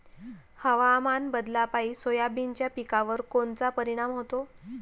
हवामान बदलापायी सोयाबीनच्या पिकावर कोनचा परिणाम होते?